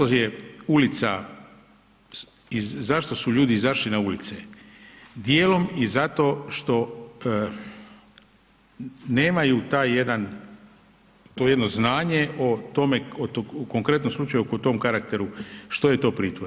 Zašto je ulica i zašto su ljudi izašli na ulice, dijelom i zato što nemaju taj jedan, to jedno znanje o tome u konkretnom slučaju o tome karakteru, što je to pritvor.